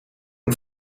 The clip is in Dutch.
een